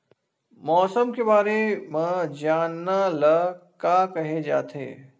मौसम के बारे म जानना ल का कहे जाथे?